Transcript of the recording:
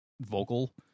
vocal